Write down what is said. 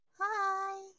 Hi